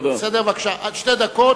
בשתי דקות